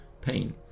pain